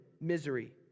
misery